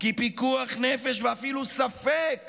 כי פיקוח נפש, ואפילו ספק